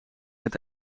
het